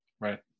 right